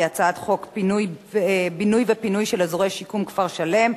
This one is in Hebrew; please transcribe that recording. הצעת חוק בינוי ופינוי של אזורי שיקום (כפר-שלם),